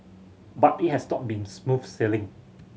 but it has been smooth sailing